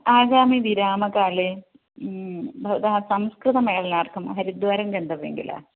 आगामि विरामकाले भवता संस्कृतमेलनार्थं हरिद्वारं गन्तव्यं किल